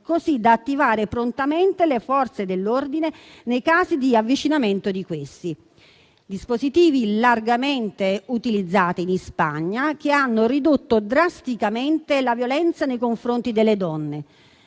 così da attivare prontamente le Forze dell'ordine nei casi di avvicinamento di questi. Tali dispositivi sono largamente utilizzati in Spagna e hanno ridotto drasticamente la violenza nei confronti delle donne.